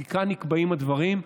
כי כאן נקבעים הדברים.